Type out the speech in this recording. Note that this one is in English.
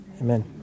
Amen